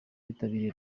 bitabiriye